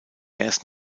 erst